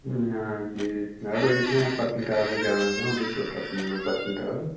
हां जी जनाब इत्थें पत्नीटाप ते जाना असें उधमपुर पत्नीटाप